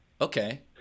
Okay